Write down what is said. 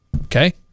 Okay